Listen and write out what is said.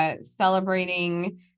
celebrating